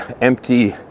empty